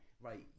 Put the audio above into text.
Right